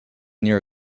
near